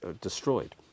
destroyed